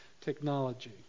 technology